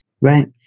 Right